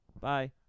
bye